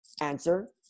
Answer